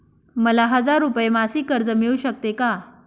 मला हजार रुपये मासिक कर्ज मिळू शकते का?